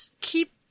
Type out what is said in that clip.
keep